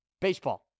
baseball